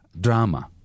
drama